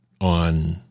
on